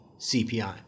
CPI